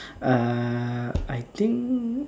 uh I think